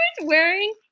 wearing